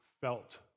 felt